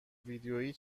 ویدیویی